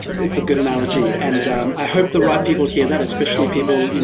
it's a good analogy. and i hope the right people hear that especially people, you